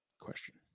question